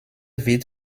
wird